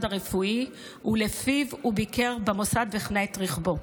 הרפואי שלפיו הוא ביקר במוסד והחנה את רכבו,